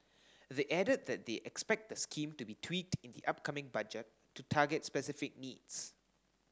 they added that they expect the scheme to be tweaked in the upcoming Budget to target specific needs